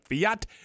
fiat